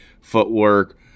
footwork